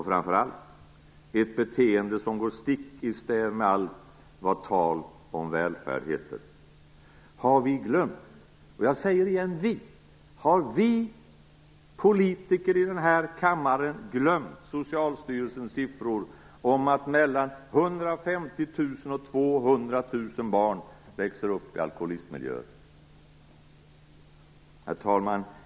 Framför allt är det ett beteende som går i stick i stäv med allt vad tal om välfärd heter. Har vi politiker, och jag säger återigen vi, i denna kammare glömt Socialstyrelsens siffror om att 150 000-200 000 barn växer upp i alkoholistmiljöer? Herr talman!